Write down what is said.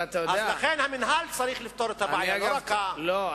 לכן המינהל צריך לפתור את הבעיה, לא רק, לא.